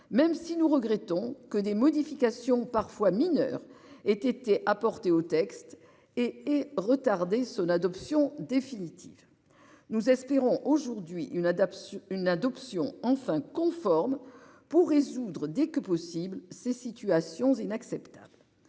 même si nous regrettons que des modifications, parfois mineures aient été apportées au texte et retarder son adoption définitive. Nous espérons aujourd'hui une adaption une adoption enfin conforme pour résoudre dès que possible ces situations inacceptables.